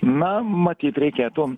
na matyt reikėtų